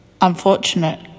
unfortunate